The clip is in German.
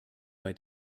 bei